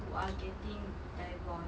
who are getting divorced